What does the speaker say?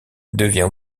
devient